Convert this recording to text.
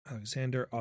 Alexander